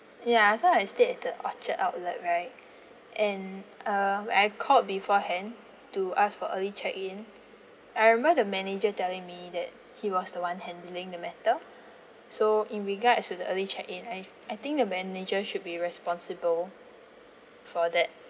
ya so I stayed at the orchard outlet right and uh when I called beforehand to ask for early check in I remember the manager telling me that he was the one handling the matter so in regards to the early check in I I think the manager should be responsible for that